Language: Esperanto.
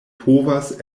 povas